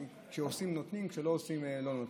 וכשעושים, נותנים, כשלא עושים, לא נותנים.